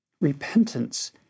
repentance